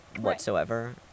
whatsoever